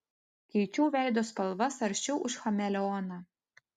keičiau veido spalvas aršiau už chameleoną